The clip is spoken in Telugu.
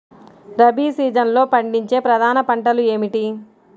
రబీ సీజన్లో పండించే ప్రధాన పంటలు ఏమిటీ?